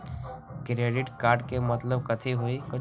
Credit card के मतलब कथी होई?